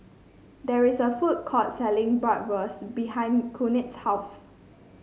there is a food court selling Bratwurst behind Knute's house